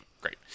Great